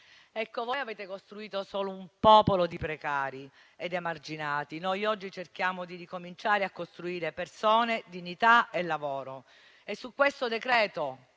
vuoto. Voi avete costruito solo un popolo di precari ed emarginati. Noi oggi cerchiamo di ricominciare a costruire persone, dignità e lavoro. Su questo decreto-legge,